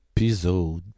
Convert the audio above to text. episode